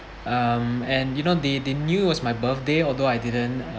um and you know they they knew it was my birthday although I didn't